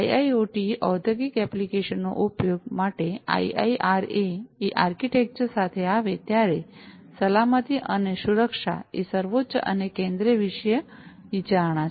IIoT ઔદ્યોગિક એપ્લિકેશ નો ઉપયોગ માટે આઈઆઈઆરએ એ આર્કિટેક્ચર સાથે આવે ત્યારે સલામતી અને સુરક્ષા એ સર્વોચ્ચ અને કેન્દ્રિય વિષયિય વિચારણા છે